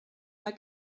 mae